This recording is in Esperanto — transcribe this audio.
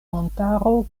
montaro